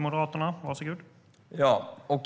Herr talman!